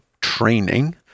training